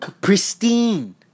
Pristine